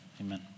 amen